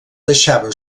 deixava